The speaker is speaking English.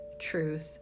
truth